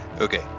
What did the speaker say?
Okay